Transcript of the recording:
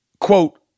quote